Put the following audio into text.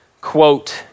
quote